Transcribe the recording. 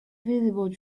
visible